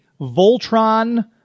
voltron